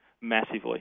massively